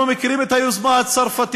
אנחנו מכירים את היוזמה הצרפתית.